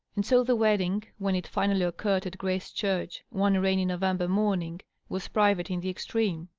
and so the wed ding, when it finally occurred at grace church, one rainy november morning, was private in the extreme.